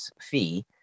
fee